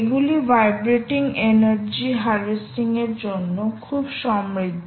এগুলি vibrating energy harvesting এর জন্য খুব সমৃদ্ধ